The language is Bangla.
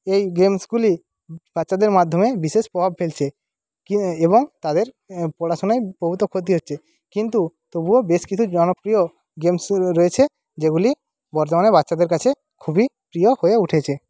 এই গেমসগুলি বাচ্চাদের মাধ্যমে বিশেষ প্রভাব ফেলছে এবং তাদের পড়াশোনায় প্রভূত ক্ষতি হচ্ছে কিন্তু তবুও বেশ কিছু জনপ্রিয় গেমস রয়েছে যেগুলি বর্তমানে বাচ্চাদের কাছে খুবই প্রিয় হয়ে উঠেছে